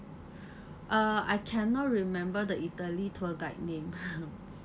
uh I cannot remember the italy tour guide name